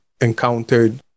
encountered